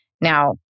Now